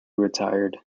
retired